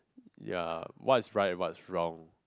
ya what is right and what's wrong